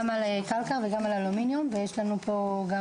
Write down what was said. גם על קלקר וגם על אלומיניום ויש לנו פה גם